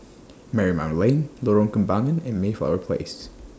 Marymount Lane Lorong Kembagan and Mayflower Place